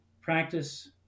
practice